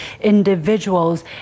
individuals